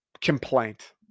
complaint